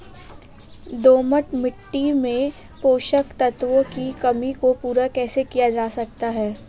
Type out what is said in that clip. दोमट मिट्टी में पोषक तत्वों की कमी को पूरा कैसे किया जा सकता है?